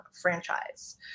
franchise